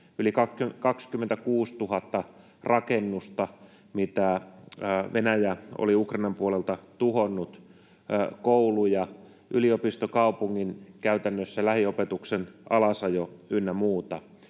Yli 26 000 rakennusta Venäjä oli Ukrainan puolelta tuhonnut: kouluja, käytännössä yliopistokaupungin. Tuli lähiopetuksen alasajo ynnä muuta.